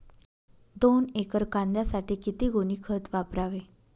दोन एकर कांद्यासाठी किती गोणी खत वापरावे?